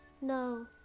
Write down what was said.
No